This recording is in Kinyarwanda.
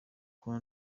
kuba